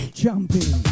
jumping